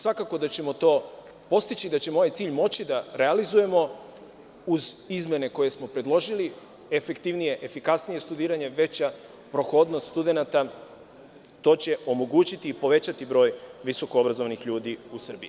Svakako da ćemo to postići i da ćemo ovaj cilj moći da realizujemo uz izmene koje smo predložili, efektivnije, efikasnije studiranje, veća prohodnost studenata, to će omogućiti i povećati broj visokoobrazovanih ljudi u Srbiji.